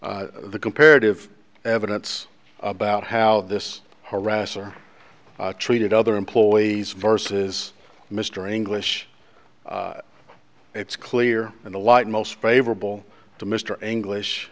was the comparative evidence about how this harasser treated other employees versus mr english it's clear in the light most favorable to mr english